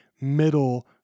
middle